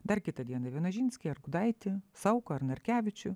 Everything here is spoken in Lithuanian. dar kitą dieną vienožinskį ar gudaitį sauką ar narkevičių